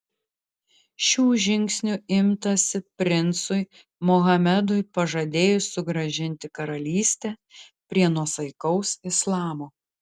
šių žingsnių imtasi princui mohamedui pažadėjus sugrąžinti karalystę prie nuosaikaus islamo